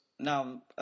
Now